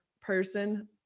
person